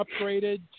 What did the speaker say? upgraded